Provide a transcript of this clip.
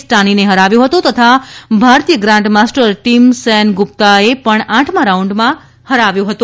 સ્ટાનીને હરાવ્યો હતો તથા ભારતીય ગ્રાન્ડ માસ્ટર ટીમ સેનગુપ્તાએ પણ આઠમા રાઉન્ડમાં હરાવ્યો હતો